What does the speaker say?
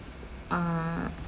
err